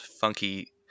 funky